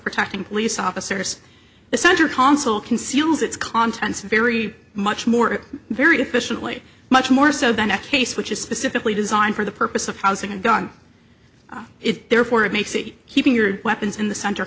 protecting police officers the center console conceals its contents very much more very efficiently much more so than a case which is specifically designed for the purpose of housing and gun it therefore it makes it keeping your weapons in the cent